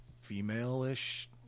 female-ish